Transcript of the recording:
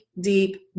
deep